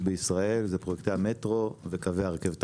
בישראל זה פרויקטי המטרו וקווי הרכבת הקלה.